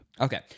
Okay